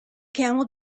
camel